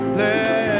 let